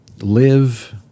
live